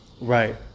right